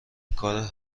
کار